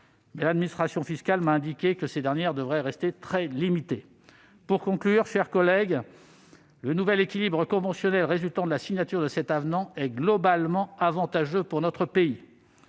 L'administration fiscale m'a toutefois indiqué que ces dernières devraient rester très limitées. Pour conclure, le nouvel équilibre conventionnel résultant de la signature de cet avenant est globalement avantageux pour notre pays.